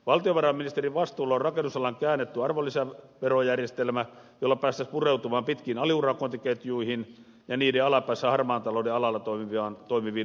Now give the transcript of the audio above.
valtiovarainministerin vastuulla on rakennusalan käännetty arvonlisäverojärjestelmä jolla päästäisiin pureutumaan pitkiin aliurakointiketjuihin ja niiden alapäässä harmaan talouden alalla toimiviin urakoitsijoihin